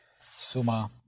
suma